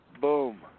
Boom